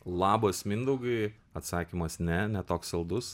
labas mindaugai atsakymas ne ne toks saldus